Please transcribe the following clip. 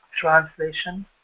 Translation